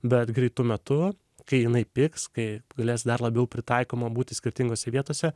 bet greitu metu kai jinai pigs kai galės dar labiau pritaikoma būti skirtingose vietose